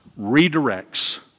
redirects